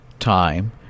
time